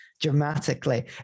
dramatically